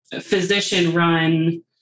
physician-run